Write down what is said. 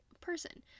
person